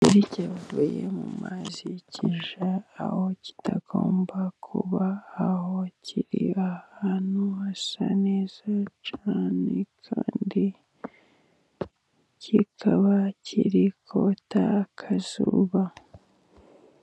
Igikeri cyavuye mu mazi, kijya aho kitagomba kuba, aho kiri ahantu hasa neza cyane, kandi kikaba kiri kota akazuba.